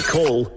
Call